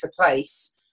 place